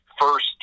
first